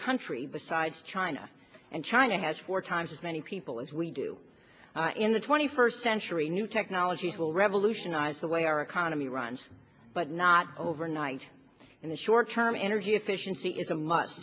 country besides china and china has four times as many people as we do in the twenty first century new technologies will revolutionize the way our economy runs but not overnight in the short term energy efficiency is a mu